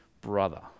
brother